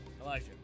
Elijah